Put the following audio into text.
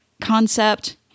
concept